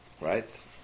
right